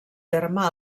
terme